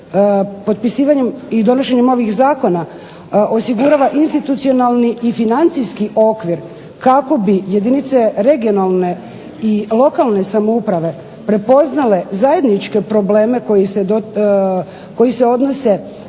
potpisivanjem i donošenjem ovih zakona osigurava institucionalni i financijski okvir kako bi jedinice regionalne i lokalne samouprave prepoznale zajedničke probleme koji se odnose